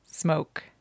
Smoke